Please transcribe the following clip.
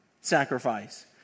sacrifice